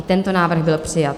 I tento návrh byl přijat.